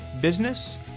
business